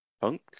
Punk